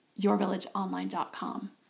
yourvillageonline.com